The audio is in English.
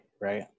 right